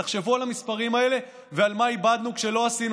תחשבו על המספרים האלה ועל מה איבדנו כשלא עשינו